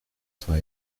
свои